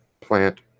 plant